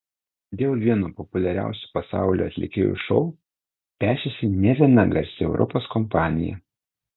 dėl vieno populiariausių pasaulyje atlikėjo šou pešėsi ne viena garsi europos kompanija